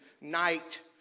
night